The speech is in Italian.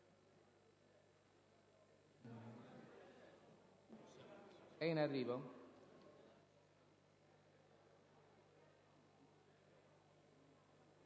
È in arrivo.